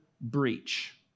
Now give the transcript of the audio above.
breach